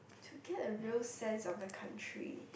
to get a real sense of the country